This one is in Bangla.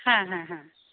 হ্যাঁ হ্যাঁ হ্যাঁ